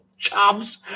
chavs